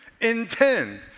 intend